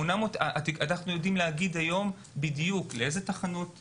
אנחנו יודעים להגיד היום בדיוק לאיזה תחנות יגיעו,